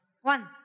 One